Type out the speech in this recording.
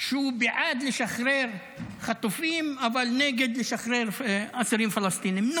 הוא בעד לשחרר חטופים אבל נגד לשחרר אסירים פלסטינים.